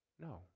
No